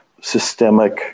systemic